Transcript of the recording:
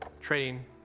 trading